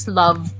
love